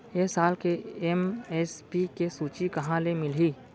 ए साल के एम.एस.पी के सूची कहाँ ले मिलही?